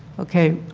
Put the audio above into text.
okay.